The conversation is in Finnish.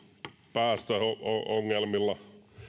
päästöongelmilla